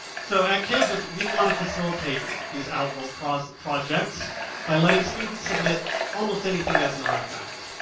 so at canvass, we want to facilitate these out world projects projects by lettings students submit almost anything as an artifact.